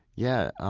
yeah.